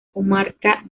comarca